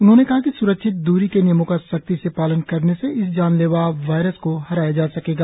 उन्होंने कहा कि सुरक्षित दूरी के नियमों का सख्ती से पालन करने से इस जानलेवा वायरस को हराया जा सकेगा